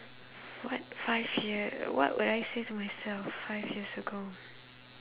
what five year what would I say to myself five years ago